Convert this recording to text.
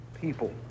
people